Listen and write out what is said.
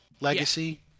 legacy